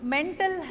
Mental